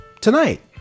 tonight